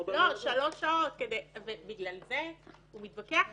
שלוש שעות בגלל זה הוא מתווכח אתנו,